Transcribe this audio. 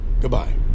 Goodbye